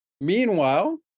Meanwhile